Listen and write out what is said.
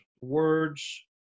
words